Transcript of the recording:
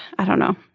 i don't know.